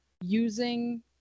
using